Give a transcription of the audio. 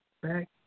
back